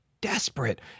desperate